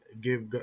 give